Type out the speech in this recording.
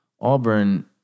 Auburn